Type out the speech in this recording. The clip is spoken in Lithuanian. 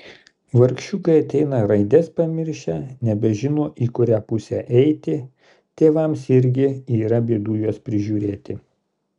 vargšiukai ateina raides pamiršę nebežino į kurią pusę eiti tėvams irgi yra bėdų juos prižiūrėti